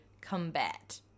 combat